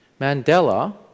Mandela